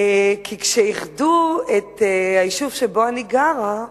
כי כשאיחדו את היישוב שבו אני גרה,